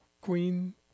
queen